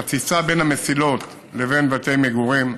חציצה בין המסילות לבין בתי מגורים,